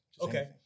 Okay